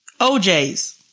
OJ's